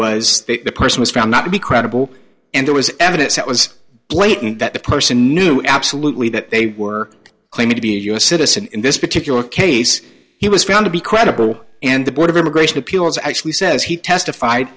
was the person was found not to be credible and there was evidence that was blatant that the person knew absolutely that they were claiming to be a u s citizen in this particular case he was found to be credible and the board of immigration appeals actually says he testified